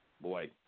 boy